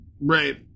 right